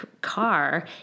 Car